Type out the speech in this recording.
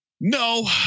No